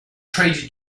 traded